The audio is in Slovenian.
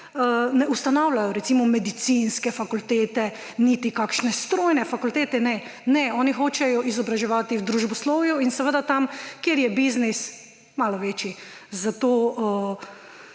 ne ustanavljajo, recimo, medicinske fakultete niti kakšne strojne fakultete ne. Ne, oni hočejo izobraževati v družboslovju in seveda tam, kje je biznis malo večji. Zato